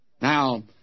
Now